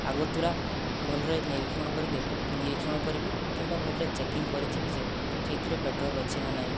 ଆଗତୁରା ଭଲରେ ନିରୀକ୍ଷଣ କରି ନିରୀକ୍ଷଣ କରିବି କିମ୍ବା ଭଲରେ ଚେକିଂ କରିଥିବି ଯେ ଠିକରେ ପେଟ୍ରୋଲ ଅଛି ନା ନାହିଁ